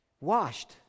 Washed